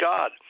God